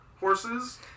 Horses